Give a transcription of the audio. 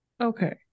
Okay